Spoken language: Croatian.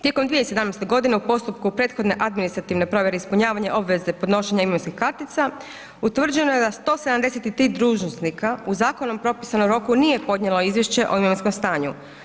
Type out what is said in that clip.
Tijekom 2017. godine u postupku prethodne administrativne provjere ispunjavanja obveze podnošenja imovinskih kartica utvrđeno je da 173 dužnosnika u zakonom propisanom roku nije podnijelo izvješće o imovinskom stanju.